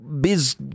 biz